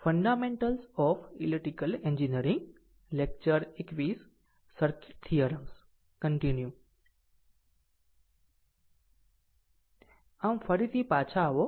આમ ફરીથી પાછા આવો